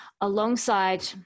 alongside